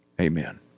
amen